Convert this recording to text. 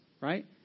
right